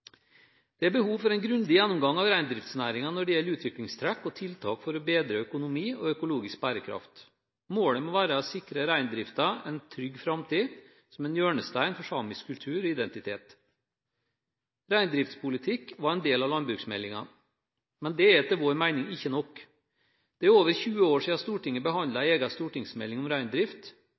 Det er behov for en grundig gjennomgang av reindriftsnæringen når det gjelder utviklingstrekk og tiltak for å bedre økonomi og økologisk bærekraft. Målet må være å sikre reindriften en trygg framtid som en hjørnestein for samisk kultur og identitet. Reindriftspolitikk var en del av landbruksmeldingen, men det er etter vår mening ikke nok. Det er over 20 år siden Stortinget behandlet en egen stortingsmelding om reindrift.